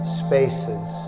spaces